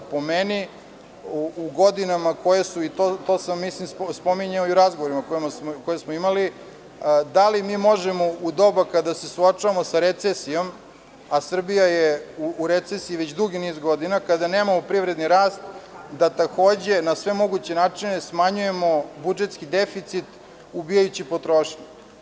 Po meni, to sam spominjao i u razgovorima koje smo imali - da li mi možemo u doba kada se suočavamo sa recesijom, a Srbija je u recesiji već dugi niz godina, kada nemamo privredni rast, da takođe na sve moguće načine smanjimo budžetski deficit ubijajući potrošnju?